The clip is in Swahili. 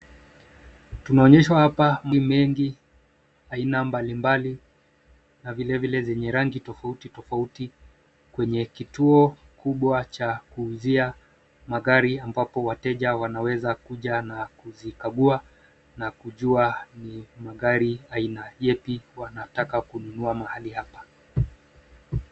Tunaonyeshwa hapa ni mengi aina mbalimbali na vilevile zenye rangi tofauti tofauti kwenye kituo kubwa cha kuuzia magari ambapo wateja wanaweza kuja na kuzikagua na kujua ni magari aina yepi wanataka kununua mahali hapa